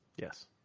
Yes